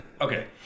Okay